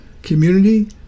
community